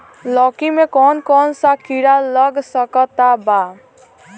लौकी मे कौन कौन सा कीड़ा लग सकता बा?